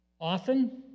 often